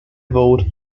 vote